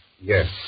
Yes